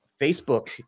Facebook